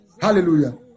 hallelujah